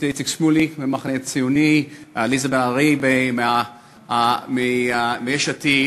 איציק שמולי מהמחנה הציוני ועליזה לביא מיש עתיד,